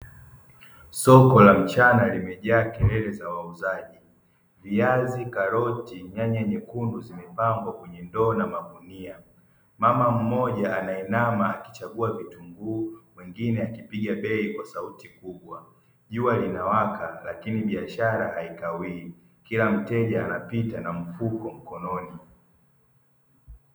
Soko la mchana limejaa kelele za wauzaji: viazi, karoti, nyanya nyekundu, zimepangwa kwenye ndoo na magunia. mMma mmoja anainama akichagua vitunguu, mwingine akipiga bei kwa sauti kubwa. Jua linawaka lakini biashara haikawii, kila mteja anapita na mfuko mkononi.